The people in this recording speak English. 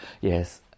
Yes